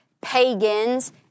pagans